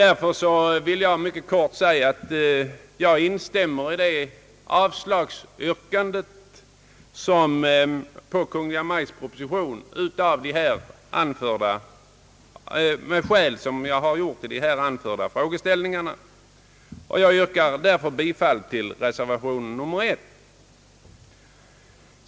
Därför vill jag helt kort instämma i yrkandet om avslag på Kungl. Maj:ts proposition. Jag yrkar alltså bifall till reservation 1.